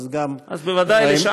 אז המשך יבוא,